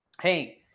hey